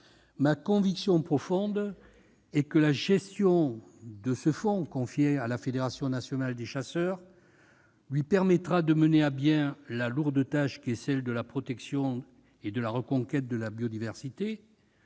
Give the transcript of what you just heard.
Ma conviction profonde est que la gestion de ce fonds, confiée à la Fédération nationale des chasseurs, permettra à celle-ci de mener à bien la lourde tâche de protection et de reconquête de la biodiversité,